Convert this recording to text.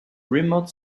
remote